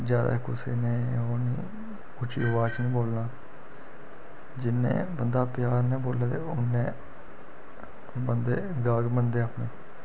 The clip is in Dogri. ज्यादा कुसै ने ओह् नी उच्ची अवाज च नी बोलना जिन्ना बंदे प्यार ने बोले ते उन्ने बंदे गल्ल मन्नदे अपनी